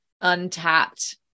untapped